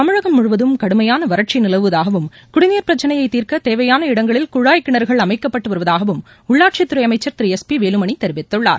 தமிழகம் முழுவதும் கடுமையான வறட்சி நிலவுவதாகவும் குடிநீர் பிரச்சினையை தீர்க்க தேவையான இடங்களில் குழாய் கிணறுகள் அமைக்கப்பட்டு வருவதாகவும் உள்ளாட்சித்துறை அமைச்சர் திரு எஸ் பி வேலுமணி தெரிவித்துள்ளார்